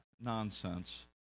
nonsense